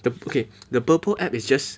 the okay the Burple app is just